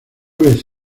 vez